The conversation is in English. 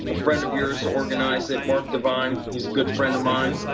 a friend of yours organized it, mark divine. he's a good friend of mine.